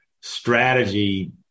strategy